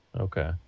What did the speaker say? Okay